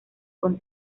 con